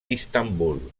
istanbul